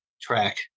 track